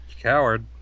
Coward